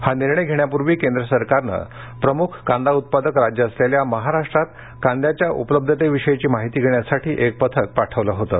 हा निर्णय घेण्यापूर्वी केंद्र सरकारनं प्रमुख कांदा उत्पादक राज्य असलेल्या महाराष्ट्रात कांद्याच्या उपलब्धतेविषयीची माहिती घेण्यासाठी क्रि पथक पाठवलं होतं